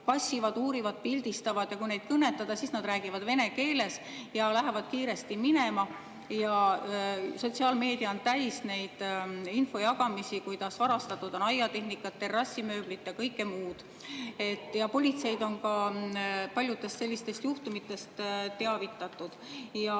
passivad, uurivad, pildistavad ja kui neid kõnetada, siis nad räägivad vene keeles ja lähevad kiiresti minema. Sotsiaalmeedia on täis neid infojagamisi, kuidas varastatud on aiatehnikat, terrassimööblit ja kõike muud. Politseid on ka paljudest sellistest juhtumitest teavitatud.